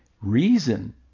reason